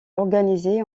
organisés